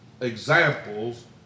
examples